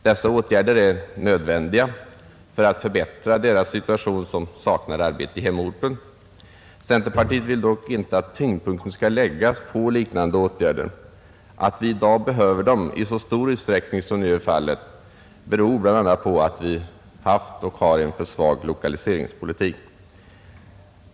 Dessa åtgärder är nödvändiga för att förbättra deras situation som saknar arbete i hemorten. Centerpartiet vill dock inte att tyngdpunkten skall läggas på liknande åtgärder. Att vi i dag behöver dem i så stor utsträckning som fallet är beror bl.a. på att vi har haft och har en för svag lokaliseringspolitik.